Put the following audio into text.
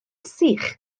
sych